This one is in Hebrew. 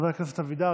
חבר הכנסת אבידר,